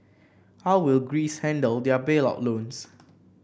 how will Greece handle their bailout loans